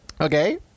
Okay